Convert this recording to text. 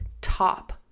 top